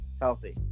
healthy